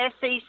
SEC